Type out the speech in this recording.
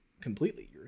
completely